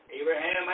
Abraham